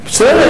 בסדר,